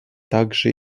также